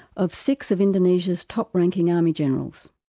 of six of indonesia's top-ranking army generals.